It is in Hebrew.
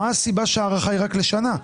מה הסיבה שהארכה היא רק לשנה?